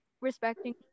respecting